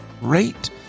rate